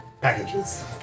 packages